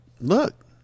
look